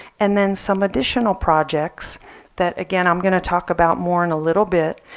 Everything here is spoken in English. and then some additional projects that again i'm going to talk about more in a little bit.